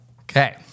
Okay